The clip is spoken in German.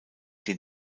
die